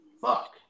Fuck